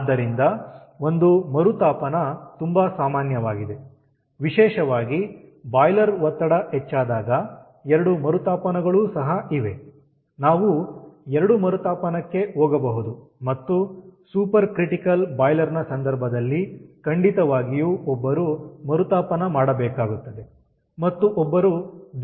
ಆದ್ದರಿಂದ ಒಂದು ಮರುತಾಪನ ತುಂಬಾ ಸಾಮಾನ್ಯವಾಗಿದೆ ವಿಶೇಷವಾಗಿ ಬಾಯ್ಲರ್ ಒತ್ತಡ ಹೆಚ್ಚಾದಾಗ ಎರಡು ಮರುತಾಪನಗಳೂ ಸಹ ಇವೆ ನಾವು ಎರಡು ಮರುತಾಪನಕ್ಕೆ ಹೋಗಬಹುದು ಮತ್ತು ಸೂಪರ್ ಕ್ರಿಟಿಕಲ್ ಬಾಯ್ಲರ್ ನ ಸಂದರ್ಭದಲ್ಲಿ ಖಂಡಿತವಾಗಿಯೂ ಒಬ್ಬರು ಮರುತಾಪನ ಮಾಡಬೇಕಾಗುತ್ತದೆ ಮತ್ತು ಒಬ್ಬರು ದ್ವಿಗುಣ ಮರುತಾಪನಕ್ಕೆ ಹೋಗಬೇಕಾಗುತ್ತದೆ